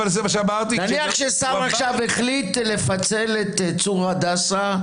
אבל זה מה שאמרתי --- נניח ששר עכשיו החליט לפצל את צור הדסה.